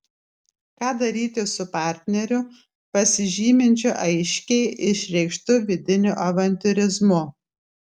ką daryti su partneriu pasižyminčiu aiškiai išreikštu vidiniu avantiūrizmu